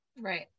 right